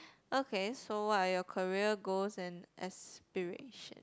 okay so what are your career goals and aspiration